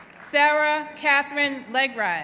sarah katherine legried,